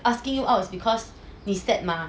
asking you out because 你 mah